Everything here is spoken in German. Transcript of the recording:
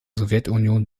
sowjetunion